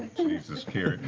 jesus, kiri.